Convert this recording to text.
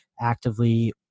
actively